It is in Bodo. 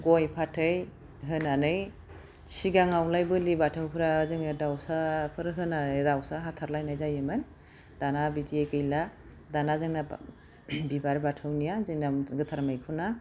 गय फाथै होनानै सिगाङावलाय बोलि बाथौफ्रा जोङो दाउसाफोर होना दाउसा हाथारलायनाय जायोमोन दाना बिदि गैला दाना जोंना बिबार बाथौनिया जोंना गोथार मैखुना